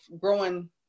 growing